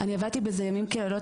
אני עבדתי בזה ימים כלילות,